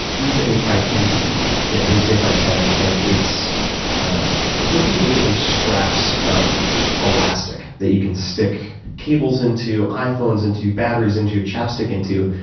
mine is eight by ten, i think. yeah, yours is eight by ten. and it's ah perpendicular straps of elastic that you can stick cables into, iphones into, batteries into, chap stick into,